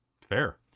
Fair